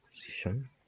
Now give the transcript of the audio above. position